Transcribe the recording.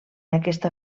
aquesta